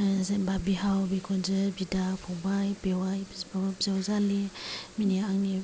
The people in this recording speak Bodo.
जेन'बा बिहाव बिखुनजो बिदा फंबाय बेवाय बिब' बिजावजालि बिनि आंनि